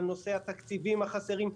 על נושא התקציבים החסרים.